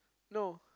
no